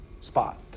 spot